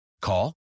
Call